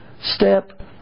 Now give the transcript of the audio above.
step